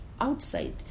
outside